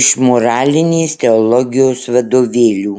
iš moralinės teologijos vadovėlių